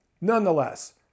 nonetheless